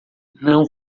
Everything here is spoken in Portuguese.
não